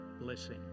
blessing